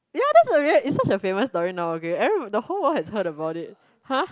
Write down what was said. ya that's a real is such a famous story now okay every the whole world has heard about it !huh!